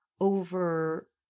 over